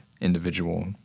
individual